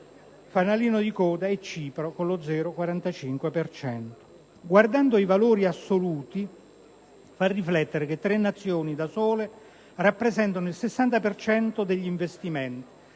Fanalino di coda è Cipro, con lo 0,45 per cento. Guardando i valori assoluti, fa riflettere che tre nazioni da sole rappresentano il 60 per cento degli investimenti: